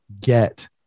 get